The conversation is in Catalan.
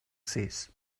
sis